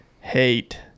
hate